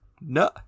No